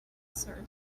sir